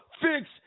fix